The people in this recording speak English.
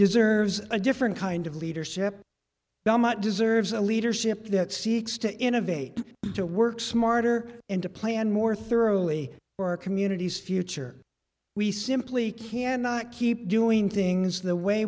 deserves a different kind of leadership now much deserves a leadership that seeks to innovate to work smarter and to plan more thoroughly or our communities future we simply cannot keep doing things the way